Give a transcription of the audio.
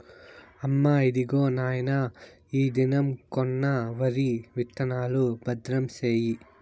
అమ్మా, ఇదిగో నాయన ఈ దినం కొన్న వరి విత్తనాలు, భద్రం సేయి